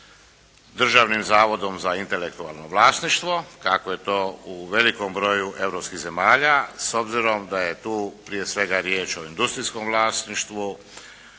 Državnim zavodom za intelektualno vlasništvo kako je to u velikom broju europskih zemalja s obzirom da je tu prije svega riječ o industrijskom vlasništvu,